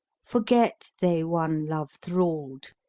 forget they one love-thralled,